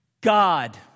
God